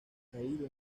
caído